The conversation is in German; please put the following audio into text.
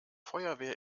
feuerwehr